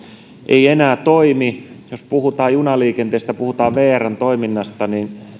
ei enää toimi jos puhutaan junaliikenteestä ja vrn toiminnasta niin